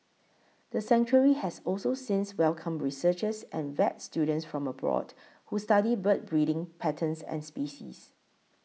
the sanctuary has also since welcomed researchers and vet students from abroad who study bird breeding patterns and species